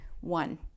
One